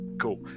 Cool